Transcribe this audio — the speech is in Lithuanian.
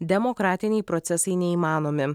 demokratiniai procesai neįmanomi